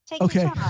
Okay